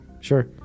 sure